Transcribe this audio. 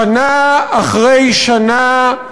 שנה אחרי שנה,